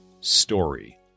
story